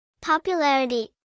popularity